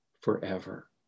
forever